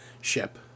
ship